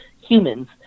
humans